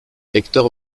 hector